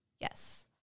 Yes